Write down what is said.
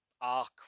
arc